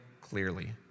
clearly